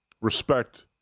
respect